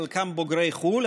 חלקם בוגרי חו"ל,